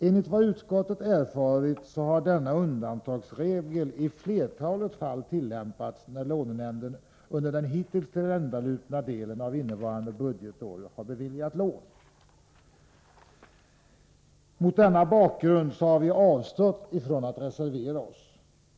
Enligt vad utskottet har erfarit har denna undantagsregel tillämpats i flertalet fall när lånenämnden under den hittills tilländalupna delen av innevarande budgetår beviljat lån. Mot denna bakgrund har vi avstått från att reservera oss.